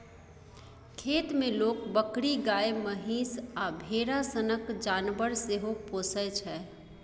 खेत मे लोक बकरी, गाए, महीष आ भेरा सनक जानबर सेहो पोसय छै